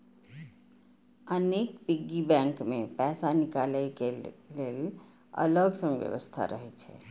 अनेक piggy bank मे पैसा निकालै के लेल अलग सं व्यवस्था रहै छै